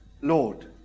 Lord